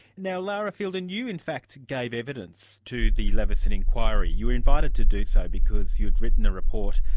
now, lara fielden, you in fact gave evidence to the leveson inquiry. you were invited to do so because you'd written a report,